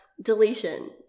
deletion